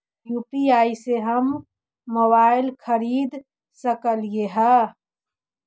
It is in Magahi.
यु.पी.आई से हम मोबाईल खरिद सकलिऐ है